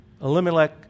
Elimelech